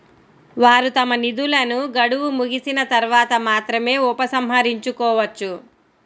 వారు తమ నిధులను గడువు ముగిసిన తర్వాత మాత్రమే ఉపసంహరించుకోవచ్చు